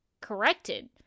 corrected